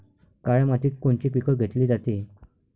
काळ्या मातीत कोनचे पिकं घेतले जाते?